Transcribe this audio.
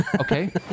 okay